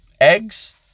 Eggs